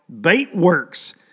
Baitworks